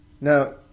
now